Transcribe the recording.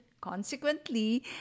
consequently